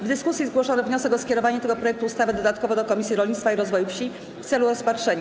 W dyskusji zgłoszono wniosek o skierowanie tego projektu ustawy dodatkowo do Komisji Rolnictwa i Rozwoju Wsi w celu rozpatrzenia.